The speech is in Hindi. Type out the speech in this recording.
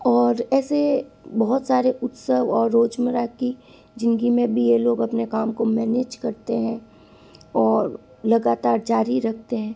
और ऐसे बहुत सारे उत्सव और रोजमर्रा की जिंदगी में भी ये लोग अपने काम को मैनेज करते हैं और लगातार जारी रखते हैं